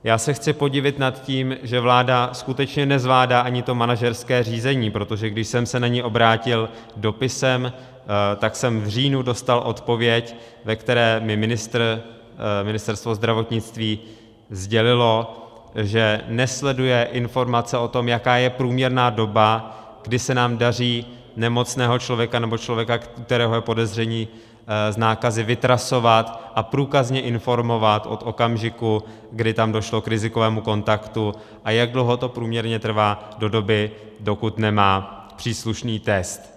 Já se chci podivit nad tím, že vláda skutečně nezvládá ani to manažerské řízení, protože když jsem se na ni obrátil dopisem, tak jsem v říjnu dostal odpověď, ve které mi Ministerstvo zdravotnictví sdělilo, že nesleduje informace o tom, jaká je průměrná doba, kdy se nám daří nemocného člověka, nebo člověka, u kterého je podezření z nákazy, vytrasovat a průkazně informovat od okamžiku, kdy tam došlo k rizikovému kontaktu, a jak dlouho to průměrně trvá do doby, dokud nemá příslušný test.